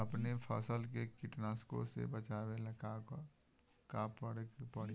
अपने फसल के कीटनाशको से बचावेला का करे परी?